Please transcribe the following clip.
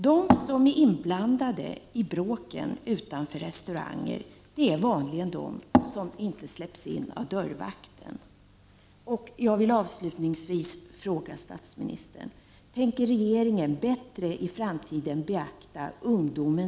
De som är inblandade i bråk utanför restauranger är vanligen de som inte släpps in av dörrvakten.